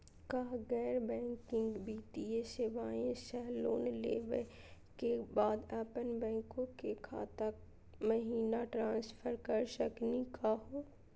का गैर बैंकिंग वित्तीय सेवाएं स लोन लेवै के बाद अपन बैंको के खाता महिना ट्रांसफर कर सकनी का हो?